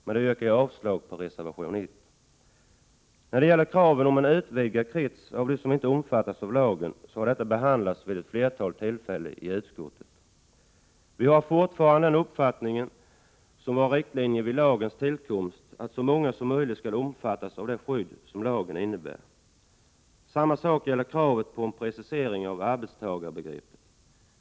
Med detta yrkar jag avslag på reservation 1. Krav på att utvidga kretsen av dem som inte omfattas av lagen om anställningsskydd har behandlats vid ett flertal tillfällen i utskottet. Vi har fortfarande den uppfattning som var riktlinje vid lagens tillkomst, att så många som möjligt skall omfattas av det skydd som lagen innebär. Detsamma gäller kravet på en precisering av arbetstagarbegreppet.